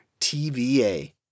TVA